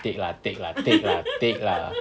take lah take lah take lah take lah